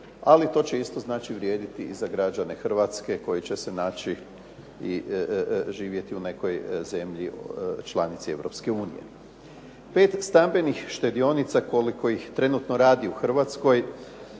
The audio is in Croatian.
ali to će isto vrijediti i za građane Hrvatske koji će se naći živjeti u nekoj zemlji članici Europske unije 5 stambenih štedionica koliko ih trenutno radi u Hrvatskoj